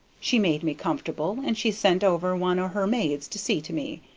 she made me comfortable, and she sent over one o' her maids to see to me,